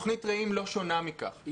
תוכנית רעים לא שונה מכך,